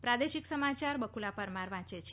પ્રાદેશિક સમાચાર બકુલા પરમાર વાંચે છે